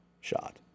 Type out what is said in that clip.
shot